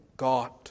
God